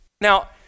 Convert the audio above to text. Now